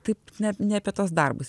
taip ne ne apie tuos darbus